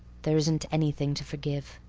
there isn't anything to forgive.